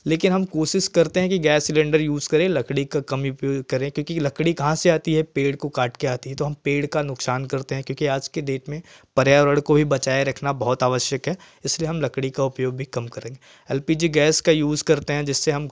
लेकिन हम कोशिश करते हैं कि गैस सिलिन्डर यूज करें लकड़ी का कम उपयोग करें क्योंकि लकड़ी कहाँ से आती है पेड़ को काटकर आती है तो हम पेड़ का नुकसान करते हैं क्योंकि आज के डेट में पर्यावरण को भी बचाए रखना बहुत ही आवश्यक है इसलिए हम लकड़ी का उपयोग भी कम करेंगे एल पी जी गैस का यूज करते हैं जिससे हम